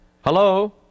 Hello